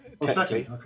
technically